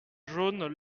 jaunes